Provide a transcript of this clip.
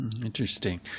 Interesting